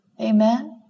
amen